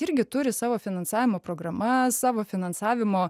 irgi turi savo finansavimo programas savo finansavimo